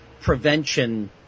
prevention